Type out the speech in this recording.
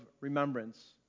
remembrance